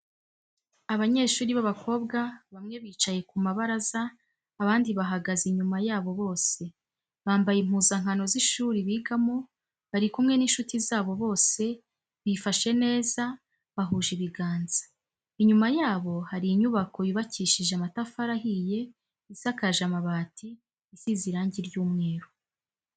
Abanyeshuri b'abakobwa bamwe bicaye ku mabaraza abandi bahagaze inyuma yabo bose, bambaye impuzankano z'ishuri bigamo bari kumwe n'inshuti zabo bose bifashe neza bahuje ibiganza, inyuma yabo hari inyubako yubakishije amatafari ahiye isakaje amabati isize irangi ry'umweru.